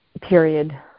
period